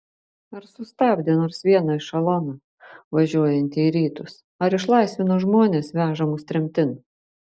ar sustabdė nors vieną ešeloną važiuojantį į rytus ar išlaisvino žmones vežamus tremtin